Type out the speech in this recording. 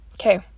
Okay